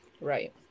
Right